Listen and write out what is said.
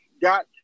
got